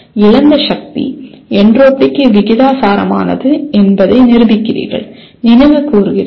இழந்த சக்தி என்ட்ரோபிக்கு விகிதாசாரமானது என்பதை நிரூபிக்கிறீர்கள் நினைவு கூறுகிறீர்கள்